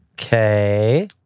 Okay